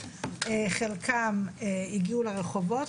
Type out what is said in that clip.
חלקם הגיעו לרחובות,